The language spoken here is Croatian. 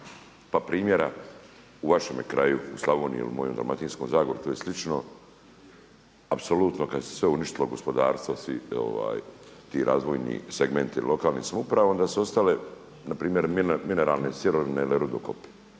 pa primjera u vašem kraju u Slavoniji ili u mojoj Dalmatinskoj zagori to je slično, apsolutno kada se sve uništilo gospodarstvo, ti razvojni segmenti lokalnih samouprava onda su ostale npr. mineralne sirovine ili rudokopi.